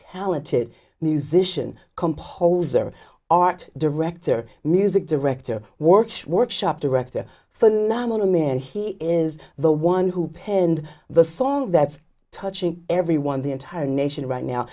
talented musician composer art director music director works workshop director phenomenal man he is the one who penned the song that's touching everyone the entire nation